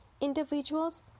Individuals